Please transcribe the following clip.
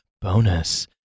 Bonus